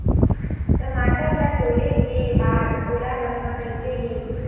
टमाटर ला टोरे के बाद ओला रखना कइसे हे?